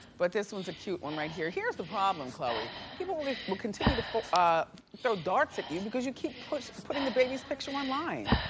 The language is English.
but this one's a cute one right here. here's the problem khloe, people continue to ah throw darts at you because you keep putting putting the baby's picture online.